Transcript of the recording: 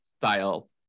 style